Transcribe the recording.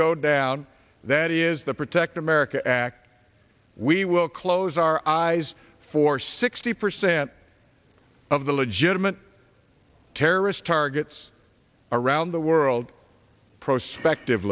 go down that is the protect america act we will close our eyes for sixty percent of the legitimate terrorist targets around the world prospect